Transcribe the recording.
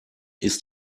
ist